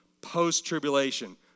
post-tribulation